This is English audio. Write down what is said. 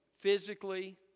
physically